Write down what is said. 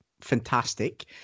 fantastic